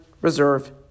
Reserve